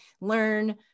learn